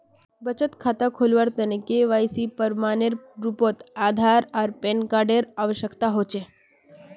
बचत खता खोलावार तने के.वाइ.सी प्रमाण एर रूपोत आधार आर पैन कार्ड एर आवश्यकता होचे